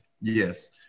Yes